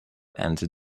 and